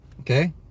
Okay